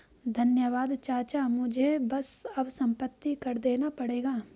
धन्यवाद चाचा मुझे बस अब संपत्ति कर देना पड़ेगा